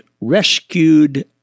Rescued